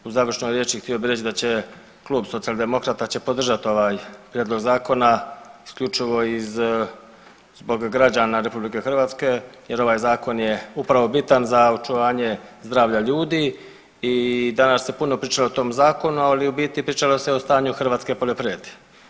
U završnoj riječi htio bi reći da će klub Socijaldemokrata će podržati ovaj prijedlog zakona isključivo zbog građana RH jer ovaj zakon je upravo bitan za očuvanje zdravlja ljudi i danas se puno pričalo o tom zakonu, ali u biti pričalo se o stanju u hrvatskoj poljoprivredi.